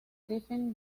stephen